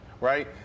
Right